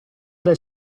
del